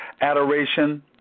adoration